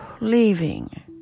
leaving